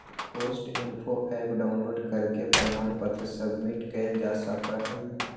post info app download करके प्रमाण पत्र सबमिट कइल जा सका हई